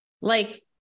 Like-